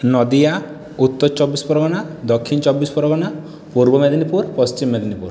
নদীয়া উত্তর চব্বিশ পরগণা দক্ষিণ চব্বিশ পরগণা পূর্ব মেদিনীপুর পশ্চিম মেদিনীপুর